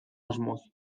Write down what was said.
asmoz